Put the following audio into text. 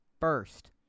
first